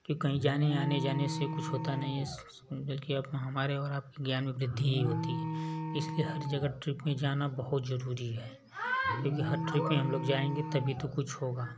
कि कहीं जाने आने जाने से कुछ होता नहीं है बल्कि आप हमारे और आपके ज्ञान में वृद्धि ही होती है इसलिए हर जगह ट्रिप में जाना बहुत जरूरी है क्योंकि हर ट्रिप में हम लोग जाएंगे तभी तो कुछ होगा